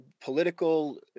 political